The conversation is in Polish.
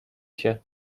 się